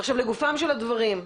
לגופם של דברים,